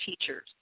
teachers